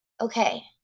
okay